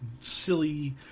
silly